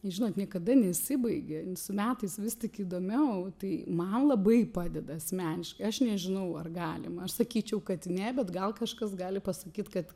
jūs žinot niekada nesibaigia su metais vis tik įdomiau tai man labai padeda asmeniškai aš nežinau ar galima aš sakyčiau kad ne bet gal kažkas gali pasakyt kad